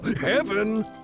Heaven